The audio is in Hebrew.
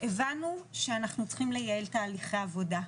הבנו שאנחנו צריכים לייעל תהליכי עבודה,